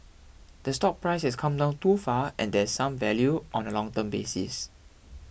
the stock prices come down too far and there's some value on a long term basis